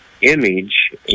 image